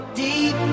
deep